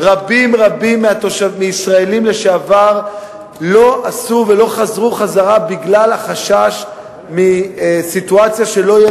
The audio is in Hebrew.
רבים רבים מהישראלים לשעבר לא חזרו בגלל החשש מסיטואציה שלא יהיה